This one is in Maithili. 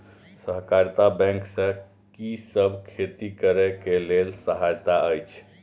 सहकारिता बैंक से कि सब खेती करे के लेल सहायता अछि?